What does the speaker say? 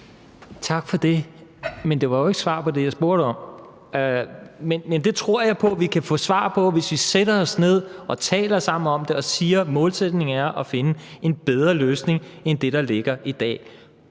Tak for det. Men det var jo ikke svar på det, jeg spurgte om. Men jeg tror på, at vi kan få svar på det, hvis vi sætter os ned og taler sammen om det og siger, at målsætningen er at finde en bedre løsning end det, der ligger i dag.